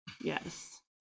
Yes